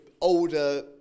older